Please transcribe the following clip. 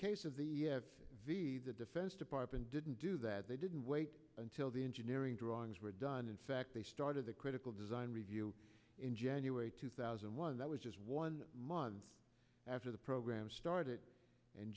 case of the v the defense department didn't do that they didn't wait until the engineering drawings were done in fact they started the critical design review in january two thousand and one that was just one month after the program started